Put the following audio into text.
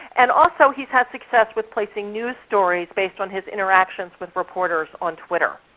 and also, he's had success with placing news stories based on his interactions with reporters on twitter.